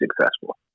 successful